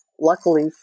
Luckily